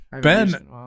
Ben